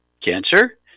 cancer